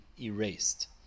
erased